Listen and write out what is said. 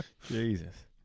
Jesus